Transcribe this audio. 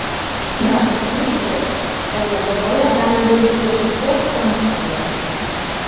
dar sakyčiau kad lietuvoje gali justi šiek tiek ksenofobijos